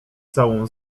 całą